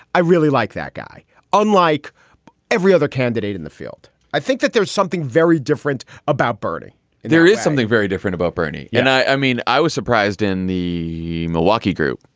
i really like that guy unlike every other candidate in the field, i think that there's something very different about bernie there is something very different about bernie. and i i mean, i was surprised in the milwaukee group.